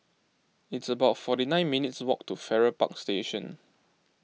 it's about forty nine minutes' walk to Farrer Park Station